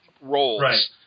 roles